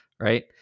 right